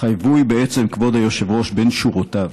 חבוי בעצם, כבוד היושב-ראש, בין שורותיו.